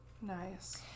Nice